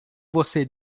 você